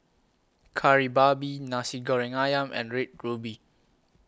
Kari Babi Nasi Goreng Ayam and Red Ruby